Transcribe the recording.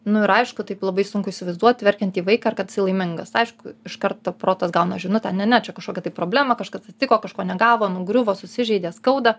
nu ir aišku taip labai sunku įsivaizduot verkiantį vaiką ir kad jisai laimingas aišku iš karto protas gauna žinutę ne ne čia kažkokia tai problema kažkas atsitiko kažko negavo nugriuvo susižeidė skauda